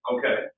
Okay